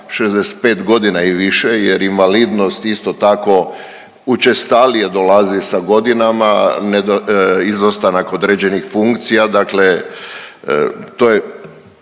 65 godina i više jer invalidnost isto tako učestalije dolazi sa godinama, izostanak određenih funkcija.